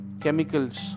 chemicals